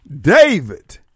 David